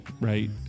right